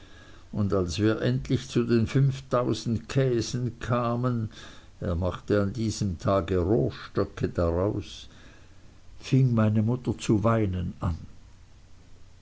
und als wir endlich zu den fünftausend käsen kamen er machte an diesem tage rohrstöcke daraus fing meine mutter zu weinen an